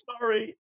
sorry